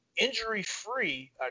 Injury-free